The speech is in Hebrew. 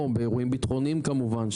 או באירועים ביטחוניים כמובן,